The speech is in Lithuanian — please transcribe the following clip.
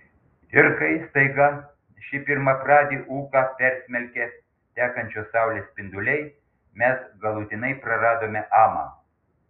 ir kai staiga šį pirmapradį ūką persmelkė tekančios saulės spinduliai mes galutinai praradome amą